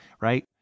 right